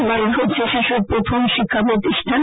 বাডি হচ্ছে শিশুর প্রধান শিক্ষা প্রতিষ্ঠান